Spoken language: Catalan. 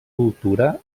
cultura